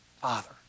Father